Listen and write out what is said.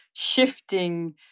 shifting